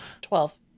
Twelve